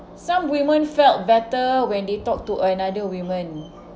some women felt better when they talk to another women